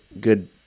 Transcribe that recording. Good